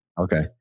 Okay